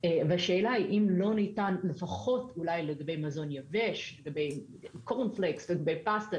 והשאלה היא אם לא ניתן לפחות אולי לגבי מזון יבש לגבי קורנפלקס ופסטה,